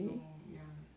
no ya